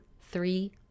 three